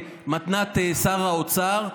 מתנת שר האוצר,